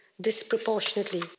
disproportionately